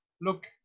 look